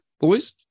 boys